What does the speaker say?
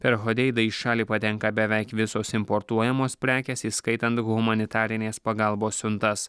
per hodeidą į šalį patenka beveik visos importuojamos prekės įskaitant humanitarinės pagalbos siuntas